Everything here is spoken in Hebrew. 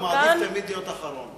הוא מעדיף תמיד להיות אחרון.